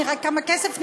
נראה כמה כסף נכנס.